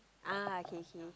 ah K K